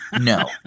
No